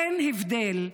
אין הבדל,